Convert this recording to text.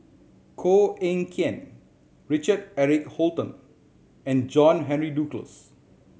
Koh Eng Kian Richard Eric Holttum and John Henry Duclos